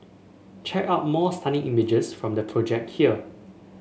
check out more stunning images from the project here